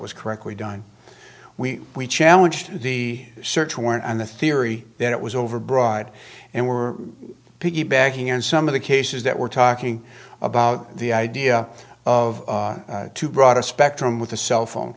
was correctly done we we challenged the search warrant on the theory that it was overbroad and we're piggybacking on some of the cases that we're talking about the idea of too broad a spectrum with a cell phone